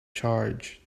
charge